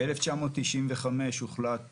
ב-1995 הוחלט